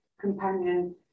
companion